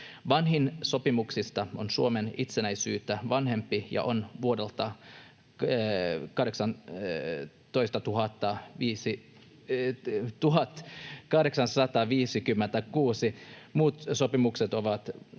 Vanhin sopimuksista on Suomen itsenäisyyttä vanhempi ja vuodelta 1856. Muut sopimukset